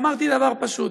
ואמרתי דבר פשוט: